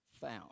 found